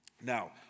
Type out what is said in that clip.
Now